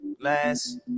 Last